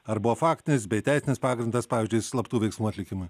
ar buvo faktinis bei teisinis pagrindas pavyzdžiui slaptų veiksmų atlikimui